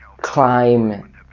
climb